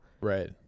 right